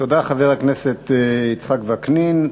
תודה, חבר הכנסת יצחק וקנין.